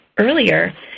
earlier